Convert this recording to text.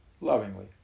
lovingly